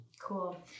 Cool